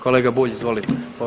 Kolega Bulj, izvolite.